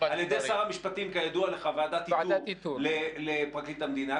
הוקמה עכשיו על ידי שר המשפטים כידוע לך ועדת איתור לפרקליט המדינה.